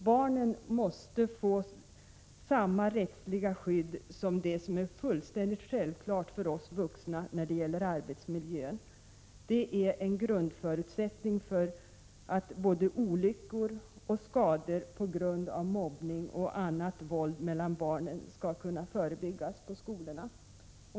Barnen måste få samma rättsliga skydd som det skydd som är fullkomligt självklart för oss vuxna i arbetsmiljöhänseende. Det är en grundförutsättning för att både olyckor och skador på grund av mobbning eller annat våld mellan barn skall kunna förebyggas på skolorna.